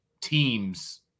teams